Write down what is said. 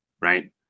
right